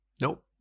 Nope